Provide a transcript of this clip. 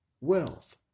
wealth